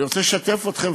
אני רוצה לשתף אתכם,